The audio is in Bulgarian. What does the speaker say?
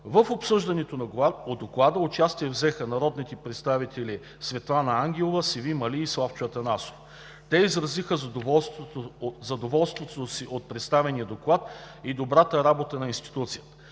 В обсъждането на Доклада участие взеха народните представители Славчо Атанасов, Светлана Ангелова и Севим Али. Те изразиха задоволството си от представения доклад и добрата работа на институцията.